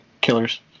killers